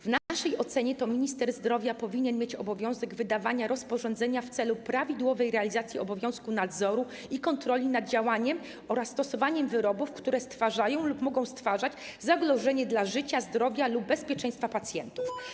W naszej ocenie to minister zdrowia powinien mieć obowiązek wydawania rozporządzenia w celu prawidłowej realizacji obowiązku nadzoru i kontroli nad działaniem oraz stosowaniem wyrobów, które stwarzają lub mogą stwarzać zagrożenie dla życia, zdrowia lub bezpieczeństwa pacjentów.